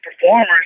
performers